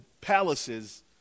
palaces